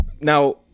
now